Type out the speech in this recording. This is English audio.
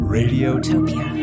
Radiotopia